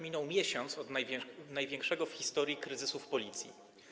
Minął miesiąc od największego w historii kryzysu w Policji.